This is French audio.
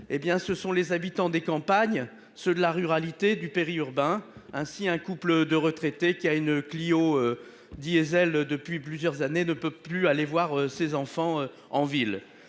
ce sont les habitants des campagnes, ceux de la ruralité du péri-urbain. Ainsi, un couple de retraités qui a une Clio. Diésel depuis plusieurs années ne peut plus aller voir ses enfants en ville